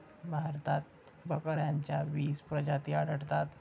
भारतात बकऱ्यांच्या वीस प्रजाती आढळतात